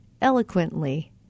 eloquently